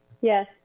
Yes